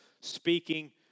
speaking